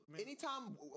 Anytime